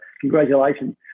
congratulations